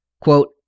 Quote